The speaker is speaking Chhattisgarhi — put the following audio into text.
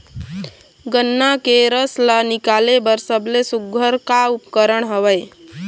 गन्ना के रस ला निकाले बर सबले सुघ्घर का उपकरण हवए?